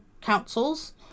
councils